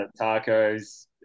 Tacos